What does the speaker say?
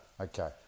Okay